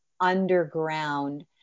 underground